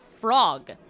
frog